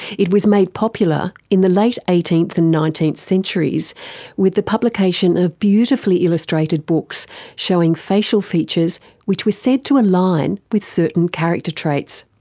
it was made popular in the late eighteenth and nineteenth centuries with the publication of beautifully illustrated books showing facial features which were said to align with certain character traits.